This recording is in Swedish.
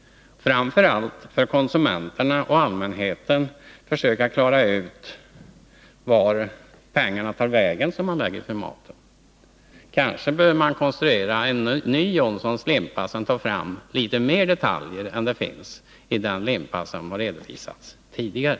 Framför allt gäller det att för konsumenterna och allmänheten försöka klara ut vart matpengarna tar vägen. Kanske behöver en ny Jonssons limpa konstrueras, med litet fler detaljer än som finns i den limpa som har redovisats tidigare.